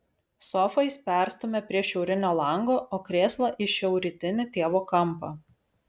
sofą jis perstumia prie šiaurinio lango o krėslą į šiaurrytinį tėvo kampą